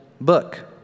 book